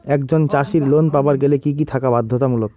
একজন চাষীর লোন পাবার গেলে কি কি থাকা বাধ্যতামূলক?